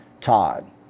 Todd